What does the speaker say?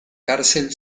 cárcel